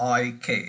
IK